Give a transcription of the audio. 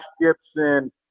Gibson